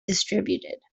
distributed